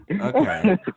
Okay